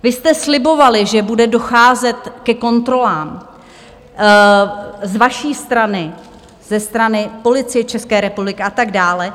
Vy jste slibovali, že bude docházet ke kontrolám z vaší strany, ze strany Policie České republiky, a tak dále.